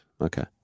Okay